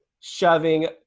shoving